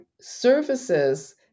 services